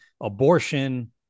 abortion